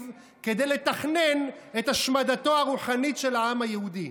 כדי לתכנן את השמדתו הרוחנית של העם היהודי.